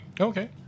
Okay